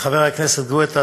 חבר הכנסת גואטה,